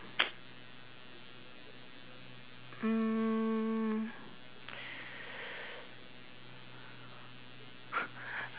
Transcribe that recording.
mm